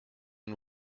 and